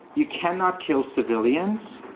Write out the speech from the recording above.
you cannot kill civilians.